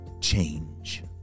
change